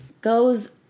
goes